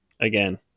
Again